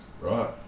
right